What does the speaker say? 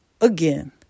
again